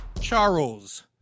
Charles